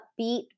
upbeat